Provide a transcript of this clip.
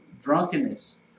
drunkenness